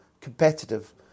competitive